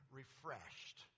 refreshed